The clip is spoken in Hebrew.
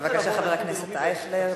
בבקשה, חבר הכנסת אייכלר.